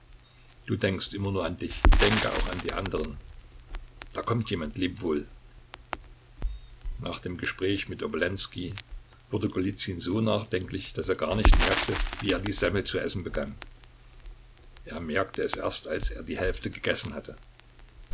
du denkst immer nur an dich denke auch an die anderen da kommt jemand leb wohl nach dem gespräch mit obolenskij wurde golizyn so nachdenklich daß er gar nicht merkte wie er die semmel zu essen begann er merkte es erst als er die hälfte gegessen hatte